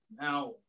now